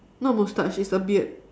not moustache it's a beard